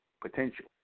potential